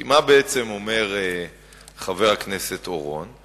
כי מה בעצם אומר חבר הכנסת אורון?